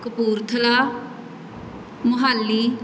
Kapurthala Mohali